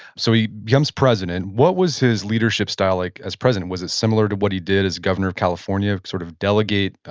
so, he becomes president. what was his leadership style like as president? was it similar to what he did as governor of california, sort of delegate,